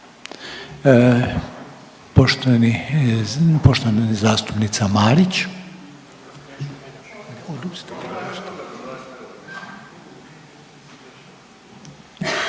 Poštovana zastupnica Marić.